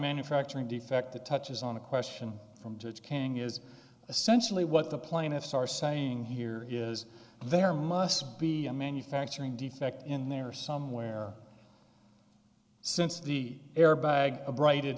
manufacturing defect that touches on a question from judge king is essentially what the plaintiffs are saying here is there must be a manufacturing defect in there somewhere since the airbag a bright